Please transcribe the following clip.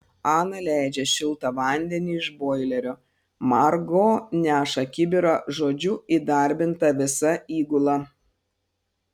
ana leidžia šiltą vandenį iš boilerio margo neša kibirą žodžiu įdarbinta visa įgula